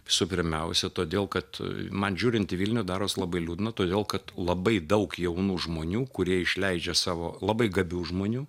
visų pirmiausia todėl kad man žiūrint į vilnių daros labai liūdna todėl kad labai daug jaunų žmonių kurie išleidžia savo labai gabių žmonių